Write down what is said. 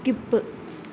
skip